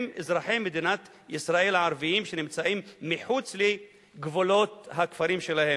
הם אזרחי מדינת ישראל הערבים שנמצאים מחוץ לגבולות הכפרים שלהם.